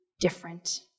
different